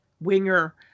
winger